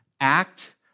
act